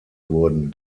wurden